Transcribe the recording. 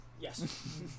Yes